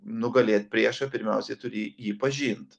nugalėt priešą pirmiausia turi jį jį pažint